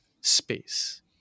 space